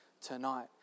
tonight